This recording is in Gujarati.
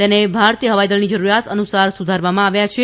તેને ભારતીય હવાઇદળની જરૂરિયાત અનુસાર સુધારવામાં આવ્યા છે